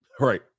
Right